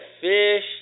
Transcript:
fish